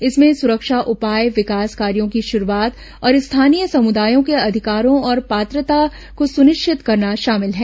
इसमें सुरक्षा उपाय विकास कार्यों की शुरुआत और स्थानीय समृदायों के अधिकारों और पात्रता को सुनिश्चित करना शॉमिल है